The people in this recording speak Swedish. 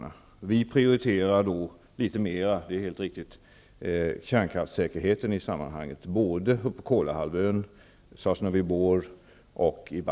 Det är riktigt att vi prioriterar kärnkraftssäkerheten litet mera såväl på